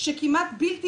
שכמעט בלתי